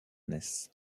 ness